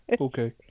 Okay